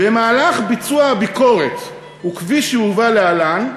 "במהלך ביצוע הביקורת, וכפי שהובא להלן,